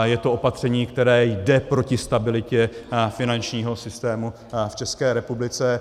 Je to opatření, které jde proti stabilitě finančního systému v České republice.